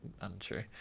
untrue